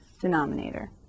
denominator